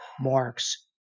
marks